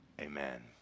amen